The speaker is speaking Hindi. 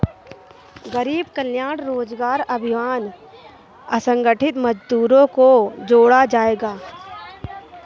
गरीब कल्याण रोजगार अभियान से असंगठित मजदूरों को जोड़ा जायेगा